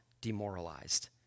demoralized